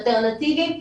אלטרנטיביים,